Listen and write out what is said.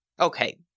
Okay